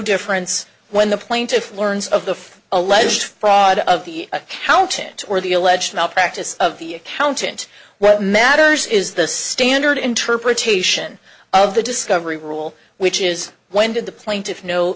difference when the plaintiff learns of the alleged fraud of the accountant or the alleged malpractise of the accountant what matters is the standard interpretation of the discovery rule which is when did the pla